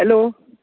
hello